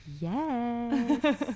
Yes